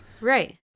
Right